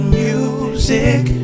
music